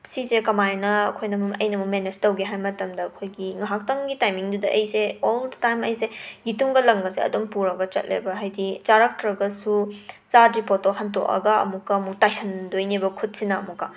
ꯁꯤꯁꯦ ꯀꯃꯥꯏꯅ ꯑꯩꯈꯣꯏꯅꯃꯨꯛ ꯑꯩꯅꯃꯨꯛ ꯃꯦꯅꯦꯁ ꯇꯧꯒꯦ ꯍꯥꯏ ꯃꯇꯝꯗ ꯑꯩꯈꯣꯏꯒꯤ ꯉꯍꯥꯛꯇꯪꯒꯤ ꯇꯥꯏꯃꯤꯡꯗꯨꯗ ꯑꯩꯁꯦ ꯑꯣꯜ ꯗ ꯇꯥꯏꯝ ꯑꯩꯁꯦ ꯌꯦꯇꯨꯝꯒ ꯂꯪꯒꯁꯦ ꯑꯗꯨꯝ ꯄꯨꯔꯒ ꯆꯠꯂꯦꯕ ꯍꯥꯏꯗꯤ ꯆꯥꯔꯛꯇ꯭ꯔꯒꯁꯨ ꯆꯥꯗ꯭ꯔꯤ ꯄꯣꯠꯇꯣ ꯍꯟꯇꯣꯛꯑꯒ ꯑꯃꯨꯛꯀ ꯑꯃꯨꯛ ꯇꯥꯏꯁꯤꯟꯗꯣꯏꯅꯦꯕ ꯈꯨꯠꯁꯤꯅ ꯑꯃꯨꯛꯀ